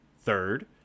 Third